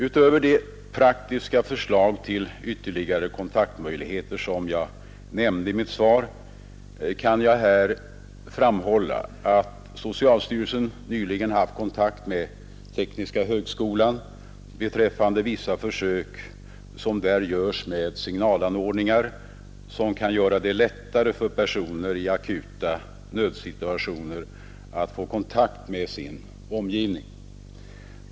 Utöver de praktiska förslag till ytterligare kontaktmöjligheter som jag nämnde i mitt svar kan jag framhålla att socialstyrelsen nyligen haft kontakt med tekniska högskolan beträffande vissa försök som där görs med signalanordningar, som kan göra det lättare för personer i akuta nödsituationer att få kontakt med sin omgivning.